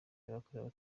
yakorewe